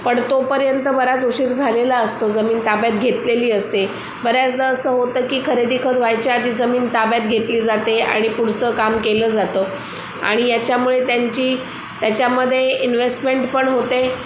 पण तोपर्यंत बराच उशीर झालेला असतो जमीन ताब्यात घेतलेली असते बऱ्याचदा असं होतं की खरेदीखत व्हायच्या आधी जमीन ताब्यात घेतली जाते आणि पुढचं काम केलं जातं आणि याच्यामुळे त्यांची त्याच्यामध्ये इन्व्हेस्टमेंट पण होते